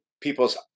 people's